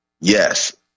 Yes